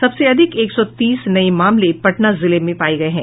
सबसे अधिक एक सौ तीस नये मामले पटना जिले में पाये गये हैं